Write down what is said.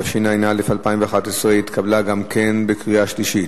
התשע"א 2011 התקבלה בקריאה שנייה.